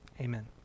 Amen